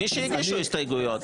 מי שהגישו הסתייגויות,